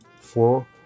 four